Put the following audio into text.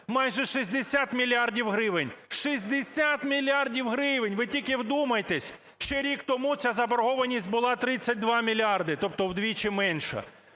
майже 60 мільярдів гривень. 60 мільярдів гривень, ви тільки вдумайтесь, ще рік тому ця заборгованість була 32 мільярди, тобто вдвічі менша